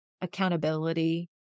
accountability